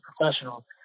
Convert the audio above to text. professional